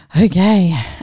okay